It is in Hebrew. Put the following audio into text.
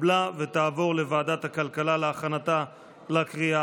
לוועדת הכלכלה נתקבלה.